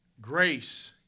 Grace